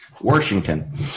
Washington